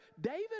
David